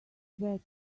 bet